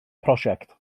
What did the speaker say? prosiect